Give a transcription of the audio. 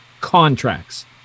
contracts